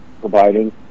providing